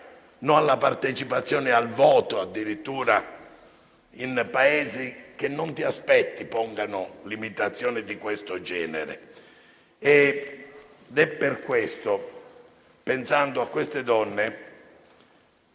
no alla partecipazione al voto, addirittura in Paesi che non ci si aspetta possano porre limitazioni di questo genere. È per questo che, pensando a quelle donne,